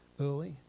early